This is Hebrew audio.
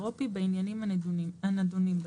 הייבוא של האיחוד האירופי בעניינים הנדונים בהן".